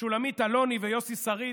שולמית אלוני ויוסי שריד